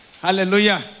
Hallelujah